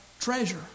treasure